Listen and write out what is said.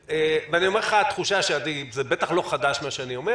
ואני אומר שזה בטח לא חדש מה שאני אומר